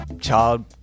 child